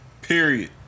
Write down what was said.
Period